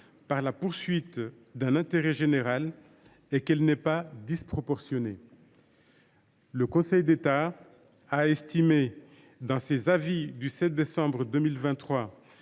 par la poursuite d’un intérêt général et qu’elle n’est pas disproportionnée. Le Conseil d’État a estimé, dans ses avis du 7 décembre 2023